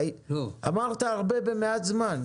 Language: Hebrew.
אמרת הרבה במעט זמן.